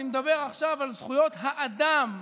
אני מדבר עכשיו על זכויות האדם,